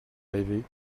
rêver